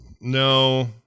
No